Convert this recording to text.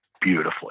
beautifully